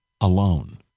alone